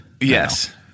Yes